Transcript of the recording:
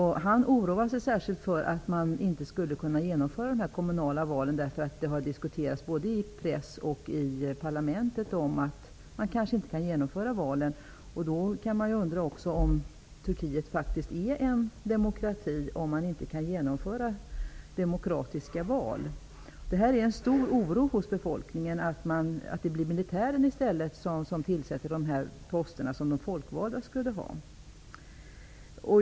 Han oroade sig särskilt för att de kommunala valen kanske inte skulle kunna genomföras, därför att man i både press och parlamentet har diskuterat att det kanske inte går att genomföra dem. Man kan undra om Turkiet verkligen är en demokrati om det inte går att genomföra demokratiska val. Det finns en stor oro bland befolkningen för att det i stället blir militären som tillsätter de poster som de folkvalda skulle ha.